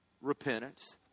Repentance